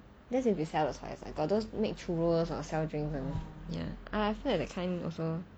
that's if you sell the spice for those make churros or sell drinks [one] yeah I feel like that kind also